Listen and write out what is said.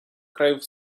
krajów